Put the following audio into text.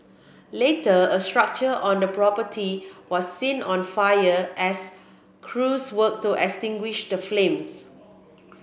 later a structure on the property was seen on fire as crews worked to extinguish the flames